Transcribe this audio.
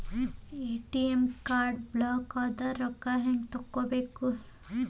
ATM card ಬ್ಲಾಕದ್ರ ರೊಕ್ಕಾ ಹೆಂಗ್ ತಕ್ಕೊಬೇಕು?